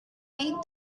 made